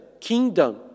kingdom